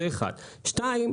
דבר שני,